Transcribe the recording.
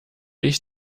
ich